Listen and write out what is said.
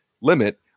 limit